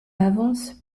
avance